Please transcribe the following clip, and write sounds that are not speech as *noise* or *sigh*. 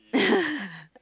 *laughs*